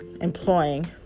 employing